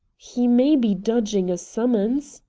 he may be dodging a summons,